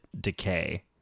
decay